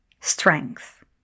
strength